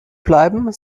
bleiben